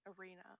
arena